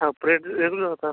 हो period regular होतात